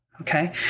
Okay